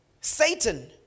Satan